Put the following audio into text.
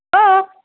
हो